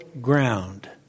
ground